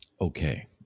okay